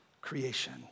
creation